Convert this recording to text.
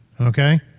okay